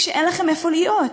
כשאין לכם איפה להיות.